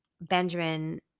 Benjamin